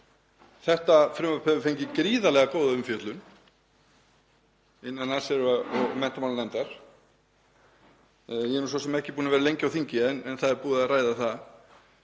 Þetta frumvarp hefur fengið gríðarlega góða umfjöllun innan allsherjar- og menntamálanefndar. Ég er svo sem ekki búinn að vera lengi á þingi en það er búið að ræða það